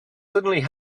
suddenly